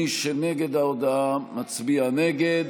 מי נגד ההודעה מצביע נגד.